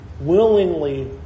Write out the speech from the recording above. willingly